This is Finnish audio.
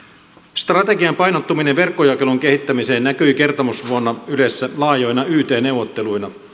strategian painottuminen verkkojakelun kehittämiseen näkyi kertomusvuonna ylessä laajoina yt neuvotteluina